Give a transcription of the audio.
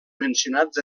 mencionats